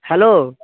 hello